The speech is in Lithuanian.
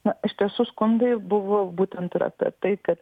na iš tiesų skundai buvo būtent ir apie tai kad